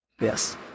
Yes